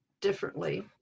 differently